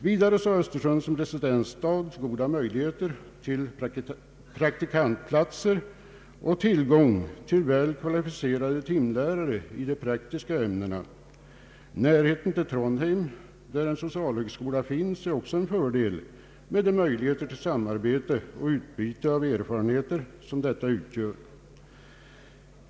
Vidare har Östersund som residensstad goda möjligheter till praktikantplatser och tillgång till väl kvalificerade timlärare i praktiska ämnen. Närheten till Trondheim, där en socialhögskola finns, är också en fördel med de möjligheter till samarbete och utbyte av erfarenheter som detta utgör.